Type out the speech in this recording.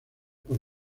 por